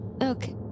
Okay